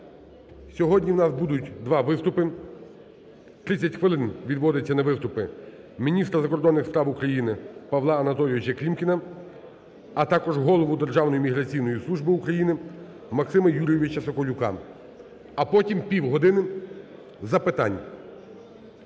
Сьогодні у нас буде два виступи, 30 хвилин відводиться на виступи міністра закордонних справ України Павла Анатолійовича Клімкіна, а також голови Державної міграційної служби України Максима Юрійовича Соколюка, а потім півгодини запитань.